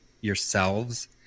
yourselves